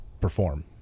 perform